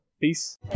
peace